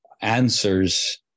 Answers